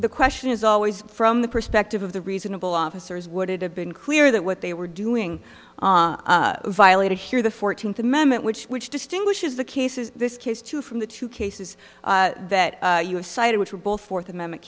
the question is always from the perspective of the reasonable officers would it have been clear that what they were doing violated here the fourteenth amendment which which distinguishes the cases this case two from the two cases that you've cited which were both fourth amendment